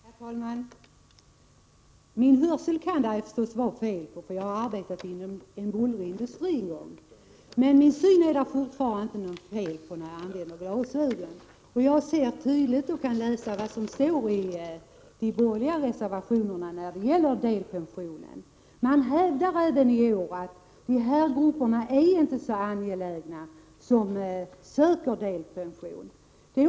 Herr talman! Min hörsel kan det förstås vara fel på, eftersom jag har arbetat inom en bullrig industri, men min syn är det fortfarande inget fel på då jag använder glasögon. Jag ser tydligt och kan läsa vad det står i de borgerliga reservationerna om delpensionen. De borgerliga hävdar även i år att det inte är så angeläget med de grupper som söker delpension.